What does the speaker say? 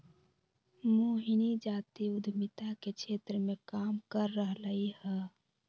मोहिनी जाति उधमिता के क्षेत्र मे काम कर रहलई ह